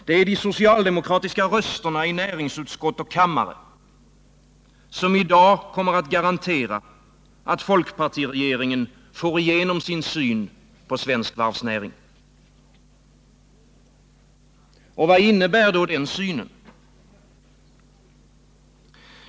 Det är de socialdemokratiska rösterna i näringsutskott och kammare som i dag garanterar att folkpartiregeringen får igenom sin syn på svensk varvsnäring. Vad innebär då den synen?